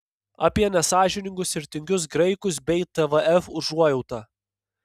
apie nesąžiningus ir tingius graikus bei tvf užuojautą